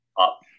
up